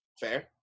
Fair